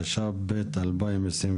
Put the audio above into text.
התשפ"ב-2022?